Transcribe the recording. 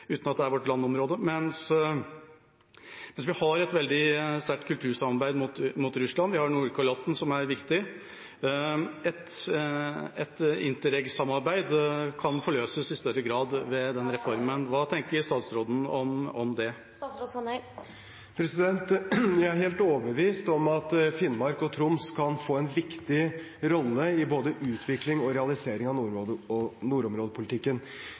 uten at det er vårt landområde. Vi har et veldig sterkt kultursamarbeid mot Russland. Vi har Nordkalotten, som er viktig. Et Interreg-samarbeid kan forløses i større grad. Hva tenker statsråden om det? Jeg er helt overbevist om at Finnmark og Troms kan få en viktig rolle i både utvikling og realisering av nordområdepolitikken.